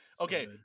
Okay